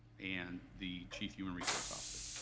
and the chief human resource officer.